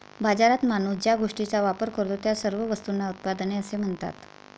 बाजारात माणूस ज्या गोष्टींचा वापर करतो, त्या सर्व वस्तूंना उत्पादने असे म्हणतात